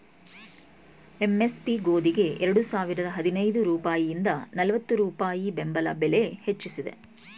MSP ಗೋದಿಗೆ ಎರಡು ಸಾವಿರದ ಹದಿನೈದು ರೂಪಾಯಿಂದ ನಲ್ವತ್ತು ರೂಪಾಯಿ ಬೆಂಬಲ ಬೆಲೆ ಹೆಚ್ಚಿಸಿದೆ